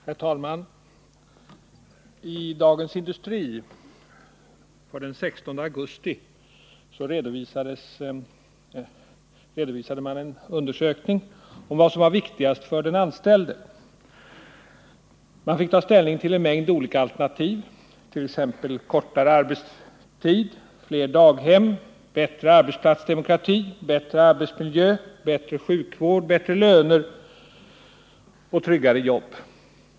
Herr talman! I Dagens Industri redovisades den 16 augusti en undersökning om vad som var viktigast för den anställde. Man fick ta ställning till en mängd olika alternativ, t.ex. kortare arbetstid, fler daghem, bättre arbetsplatsdemokrati, bättre arbetsmiljö, bättre sjukvård, bättre löner och tryggare jobb.